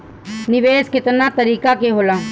निवेस केतना तरीका के होला?